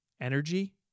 energy